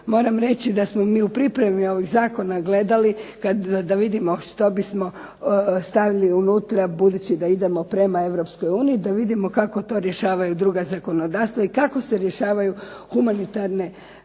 moramo reći da smo mi u pripremi ovog Zakona gledali da vidimo što bismo stavili unutra budući da idemo prema Europskoj uniji, da vidimo kako to rješavaju druga zakonodavstva i kako se rješavaju humanitarne